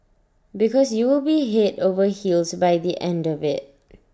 because you will be Head over heels by the end of IT